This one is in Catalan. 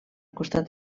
costat